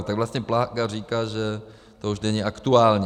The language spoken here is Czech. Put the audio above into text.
Tak vlastně Plaga říká, že to už není aktuální.